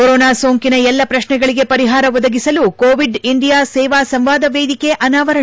corona ಸೋಂಕಿನ ಎಲ್ಲಾ ಪ್ರಶ್ನೆಗಳಿಗೆ ಪರಿಹಾರ ಒದಗಿಸಲು ಕೋವಿಡ್ ಇಂಡಿಯಾ ಸೇವಾ ಸಂವಾದ ವೇದಿಕೆ ಅನಾವರಣ